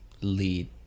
lead